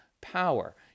power